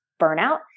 burnout